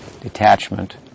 detachment